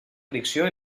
fricció